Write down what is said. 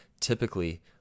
typically